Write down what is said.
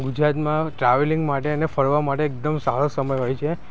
ગુજરાતમાં ટ્રાવેલિંગ માટે અને ફરવા માટે એકદમ સારો સમય હોય છે